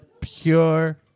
pure